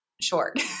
short